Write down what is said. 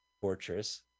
fortress